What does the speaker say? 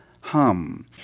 hum